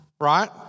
right